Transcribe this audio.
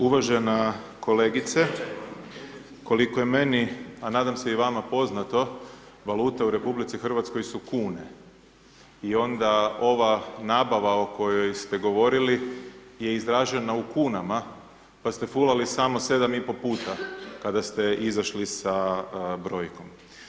Uvažena kolegice, koliko je meni, a nadam se i vama poznato, valuta u RH su kune i onda ova nabava o kojoj ste govorili je izražena u kunama, pa ste fulali samo 7 i po puta kada ste izašli sa brojkom.